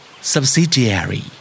Subsidiary